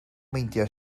meindio